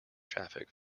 traffic